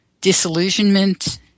disillusionment